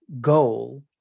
goal